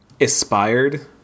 aspired